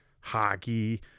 hockey